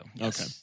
Okay